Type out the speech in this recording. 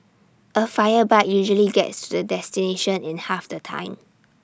A fire bike usually gets to the destination in half the time